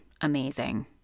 amazing